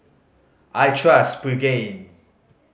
I trust Pregain